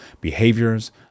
behaviors